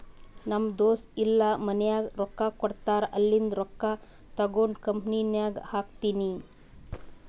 ನಮ್ ದೋಸ್ತ ಇಲ್ಲಾ ಮನ್ಯಾಗ್ ರೊಕ್ಕಾ ಕೊಡ್ತಾರ್ ಅಲ್ಲಿಂದೆ ರೊಕ್ಕಾ ತಗೊಂಡ್ ಕಂಪನಿನಾಗ್ ಹಾಕ್ತೀನಿ